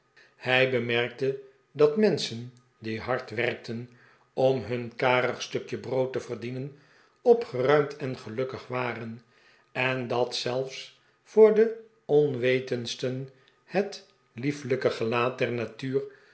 hij bemerkte dat menschen die hard werkten om hun karig stukje brood te verdienen opgeruimd en gelukkig waren en dat zelf s voor de onwetendsten het lieflijke gelaat der natuur